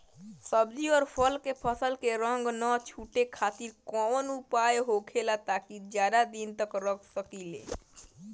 सब्जी और फल के फसल के रंग न छुटे खातिर काउन उपाय होखेला ताकि ज्यादा दिन तक रख सकिले?